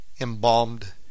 embalmed